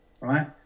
right